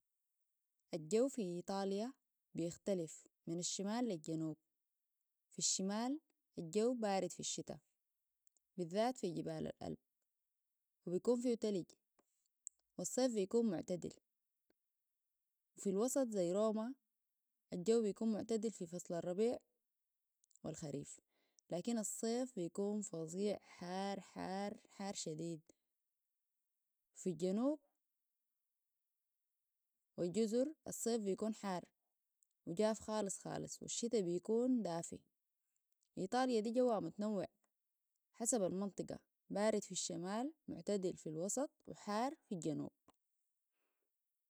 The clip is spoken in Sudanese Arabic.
الجو في إيطاليا بيختلف من الشمال للجنوب في الشمال الجو بارد في الشتاء بالذات في جبال الالب وبيكون فيه تلج والصيف بيكون معتدل وفي الوسط زي روما الجو بيكون معتدل في فصل الربيع والخريف لكن الصيف بيكون فضيع حار حار حار شديد في الجنوب والجزر الصيف بيكون حاروجاف خالص خالص والشتاء بيكون دافي إيطاليا دي جوها متنوع حسب المنطقة بارد في الشمال معتدل في الوسط وحار في الجنوب